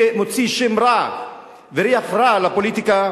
מוציא שם רע וריח רע לפוליטיקה,